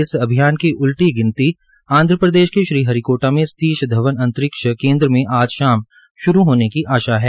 इस अभियान की उलटी गिनती आंध्रपेदश के श्री हरि कोटा में सतीश धवन अंतरिक्ष केन्द्र में आज शाम श्रू होने की आशा है